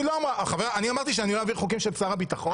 אמרתי שלא אעביר חוקים של שר הביטחון?